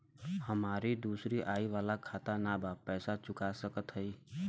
हमारी दूसरी आई वाला खाता ना बा पैसा चुका सकत हई?